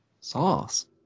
sauce